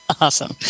Awesome